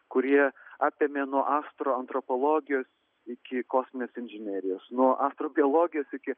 kurie apėmė nuo astroantropologijos iki kosminės inžinerijos nuo astrobiologijos iki